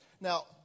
Now